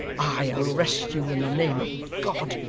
i arrest you in the name of god,